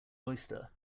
oyster